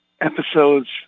episodes